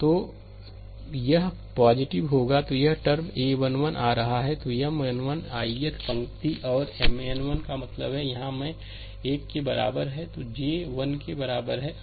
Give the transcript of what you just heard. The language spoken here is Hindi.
तो यह होगा तो यह टर्म a11 आ रहा है तो M 1 1 तो ith पंक्ति और M 1 1 का मतलब यहाँ मैं 1 के बराबर है और j 1 के बराबर है